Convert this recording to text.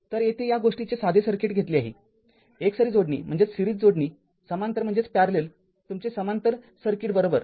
तर येथे या गोष्टीचे साधे सर्किट घेतले आहे एकसरी जोडणी समांतर तुमचे समांतर सर्किट बरोबर